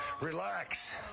Relax